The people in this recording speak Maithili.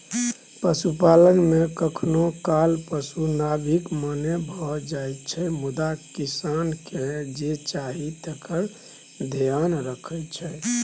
पशुपालन मे कखनो काल पशु गाभिन अपने भए जाइ छै मुदा किसानकेँ जे चाही तकर धेआन रखै छै